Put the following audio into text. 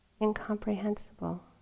incomprehensible